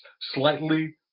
slightly